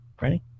Ready